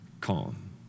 Calm